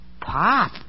Pop